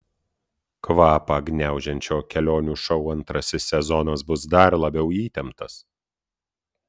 kvapą gniaužiančio kelionių šou antrasis sezonas bus dar labiau įtemptas